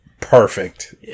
perfect